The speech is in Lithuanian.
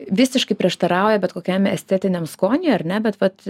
visiškai prieštarauja bet kokiam estetiniam skoniui ar ne bet vat